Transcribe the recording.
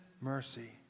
mercy